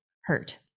hurt